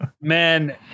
man